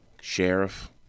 sheriff